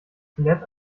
skelett